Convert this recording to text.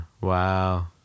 Wow